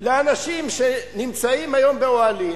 לאנשים שנמצאים היום באוהלים,